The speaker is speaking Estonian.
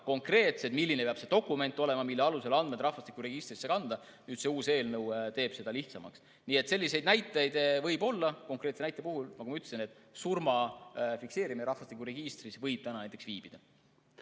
konkreetsed nõuded, milline peab see dokument olema, mille alusel andmed rahvastikuregistrisse kantakse. Nüüd see uus eelnõu teeb selle kõik lihtsamaks. Nii et selliseid näiteid võib olla. Konkreetse näite puhul, nagu ma ütlesin, surma fikseerimine rahvastikuregistris võib praegu näiteks viibida.